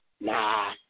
nah